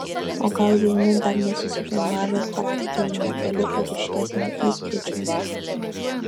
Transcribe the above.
o gal jauni dar nesusiformavę charakteriai nepaliko ryškesnio įspūdžio